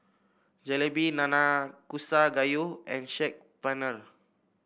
Jalebi Nanakusa Gayu and Saag Paneer